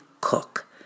Cook